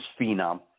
phenom